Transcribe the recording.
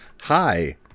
hi